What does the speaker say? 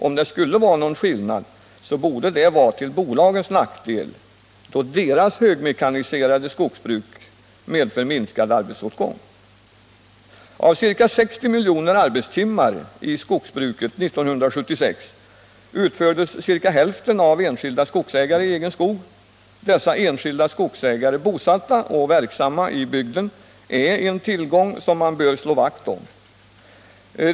Om det skulle vara någon skillnad, borde det vara till bolagens nackdel, då deras högmekaniserade skogsbruk medför minskad arbetsåtgång. Av ca 60 miljoner arbetstimmar i skogsbruket utfördes 1976 ca hälften av enskilda skogsägare i egen skog. Dessa enskilda skogsägare, bosatta och verksamma i bygden, är en tillgång som man bör slå vakt om.